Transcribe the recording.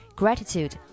gratitude